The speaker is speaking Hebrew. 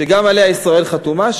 שגם עליה ישראל חתומה,